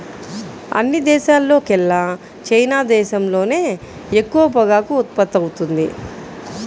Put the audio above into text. అన్ని దేశాల్లోకెల్లా చైనా దేశంలోనే ఎక్కువ పొగాకు ఉత్పత్తవుతుంది